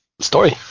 story